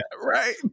Right